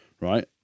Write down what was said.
right